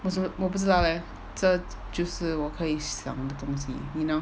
我 s~ 我不知道 leh 这就是我可以想的东西